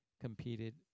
competed